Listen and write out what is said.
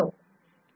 Y A